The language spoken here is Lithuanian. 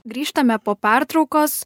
grįžtame po pertraukos